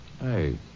Hey